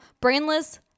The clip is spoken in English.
brainless